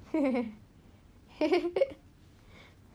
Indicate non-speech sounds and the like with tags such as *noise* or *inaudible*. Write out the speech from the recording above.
*laughs*